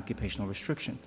occupational restriction